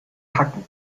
hacken